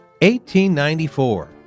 1894